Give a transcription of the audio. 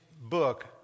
book